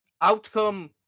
outcome